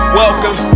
welcome